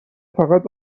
فقط